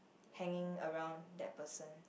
hanging around that person